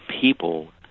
people